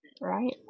Right